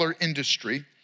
industry